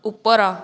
ଉପର